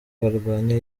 barwanya